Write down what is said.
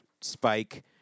spike